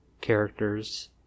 characters